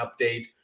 update